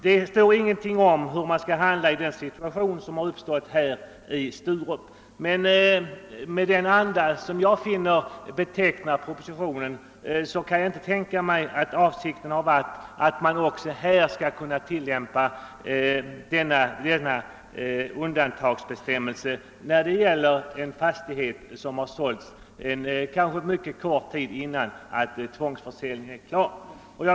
Det står i propositionen inget om hur man skall handla i den situation som uppstått i Sturup, men med den anda som jag finner känneteckna propositionen kan jag inte tänka mig annat än att avsikten varit att undantagsbestämmelsen skall tillämpas också när det gäller en ersättningsfastighet som inköpts kanske mycket kort tid innan tvångsförsäljningen är klar.